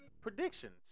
predictions